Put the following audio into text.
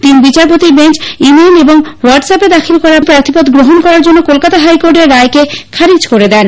তিন বিচারপতির bench email এবং হোয়াটস অ্যাপে দাখিল করা প্রার্থীপদ গ্রহণ করার জন্য কলকাতা হাইকোর্টের রায়কে খারিজ করে দেন